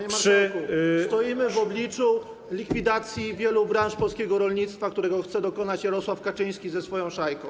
Panie marszałku, stoimy w obliczu likwidacji wielu branż polskiego rolnictwa, którego chce dokonać Jarosław Kaczyński ze swoją szajką.